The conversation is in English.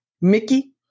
Mickey